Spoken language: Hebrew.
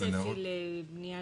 מה הצפי לבנייה?